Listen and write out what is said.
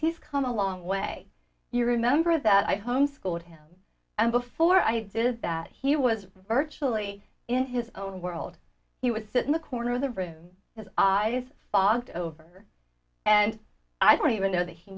he's come a long way you remember that i homeschooled him and before i did that he was virtually in his own world he would sit in the corner of the bridge his eyes fogged over and i don't even know that he